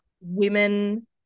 Women